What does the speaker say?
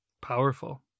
powerful